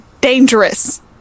dangerous